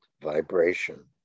vibration